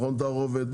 מכון תערובת,